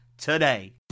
today